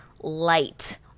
light